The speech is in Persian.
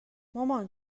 مامان